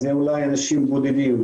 זה אולי אנשים בודדים,